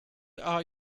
are